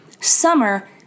summer